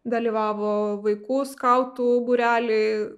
dalyvavo vaikų skautų būreliai